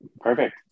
Perfect